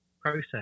process